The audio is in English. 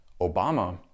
Obama